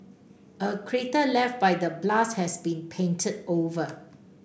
a crater left by the blast has been painted over